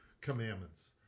commandments